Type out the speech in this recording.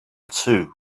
two